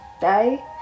day